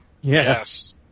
Yes